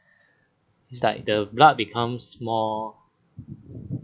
it's like the blood becomes more